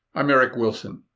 i'm eric wilson,